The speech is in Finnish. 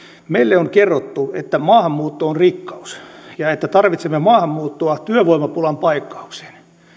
meille on kerrottu että maahanmuutto on rikkaus ja että tarvitsemme maahanmuuttoa työvoimapulan paikkaukseen